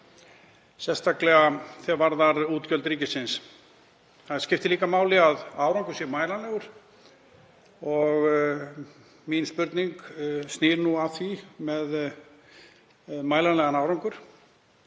sérstaklega hvað varðar útgjöld ríkisins. Það skiptir líka máli að árangur sé mælanlegur. Mín spurning snýr að mælanlegum árangri,